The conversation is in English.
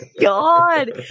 God